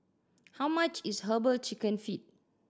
how much is Herbal Chicken Feet